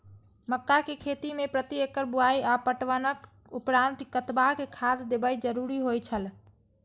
मक्का के खेती में प्रति एकड़ बुआई आ पटवनक उपरांत कतबाक खाद देयब जरुरी होय छल?